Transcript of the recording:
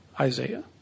Isaiah